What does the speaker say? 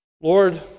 Lord